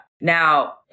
Now